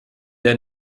der